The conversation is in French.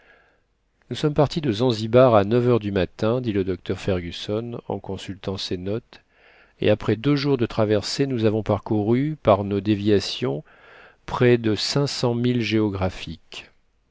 nous sommes partis de zauzibar à neuf heures du matin dit le docteur fergusson en consultant ses notes et après deux jours de traversée nous avons parcouru par nos déviations près de milles géographiques